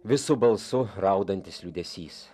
visu balsu raudantis liūdesys